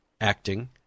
acting